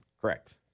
Correct